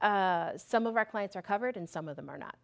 some of our clients are covered and some of them are